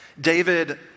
David